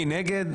מי נגד?